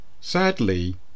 Sadly